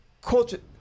culture